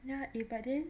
yah eh but then